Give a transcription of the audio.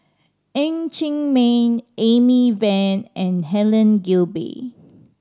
Ng Chee Meng Amy Van and Helen Gilbey